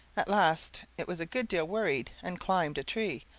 at last it was a good deal worried, and climbed a tree.